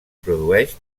produeix